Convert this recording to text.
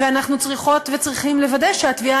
ואנחנו צריכות וצריכים לוודא שהתביעה